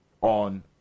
on